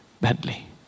badly